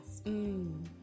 Mmm